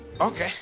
Okay